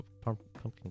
pumpkin